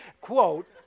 quote